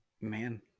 Man